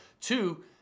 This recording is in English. Two